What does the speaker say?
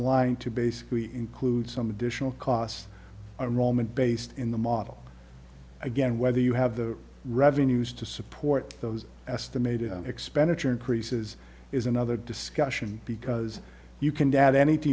line to basically include some additional cost roman based in the model again whether you have the revenues to support those estimated expenditure increases is another discussion because you can doubt anything